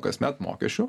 kasmet mokesčių